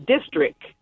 district